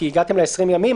כי הגעתם ל-20 ימים,